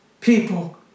people